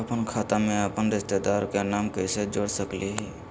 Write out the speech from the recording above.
अपन खाता में अपन रिश्तेदार के नाम कैसे जोड़ा सकिए हई?